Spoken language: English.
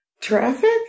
traffic